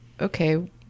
Okay